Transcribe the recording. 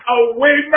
away